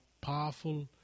powerful